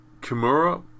Kimura